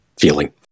feeling